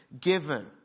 given